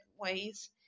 ways